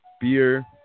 beer